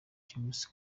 james